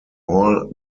all